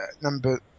number